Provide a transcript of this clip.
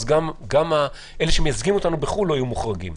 גם אלה שמייצגים אותנו בחו"ל לא יהיו מוחרגים.